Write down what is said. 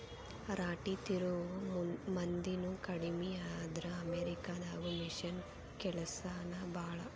ರಾಟಿ ತಿರುವು ಮಂದಿನು ಕಡಮಿ ಆದ್ರ ಅಮೇರಿಕಾ ದಾಗದು ಮಿಷನ್ ಕೆಲಸಾನ ಭಾಳ